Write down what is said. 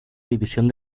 división